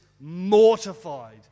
mortified